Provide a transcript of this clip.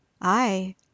Aye